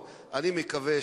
אתה מקבל